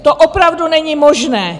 To opravdu není možné!